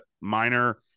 Minor